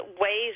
ways